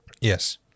Yes